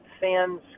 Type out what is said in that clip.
fans